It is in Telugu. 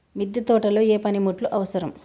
మిద్దె తోటలో ఏ పనిముట్లు అవసరం?